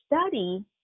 Study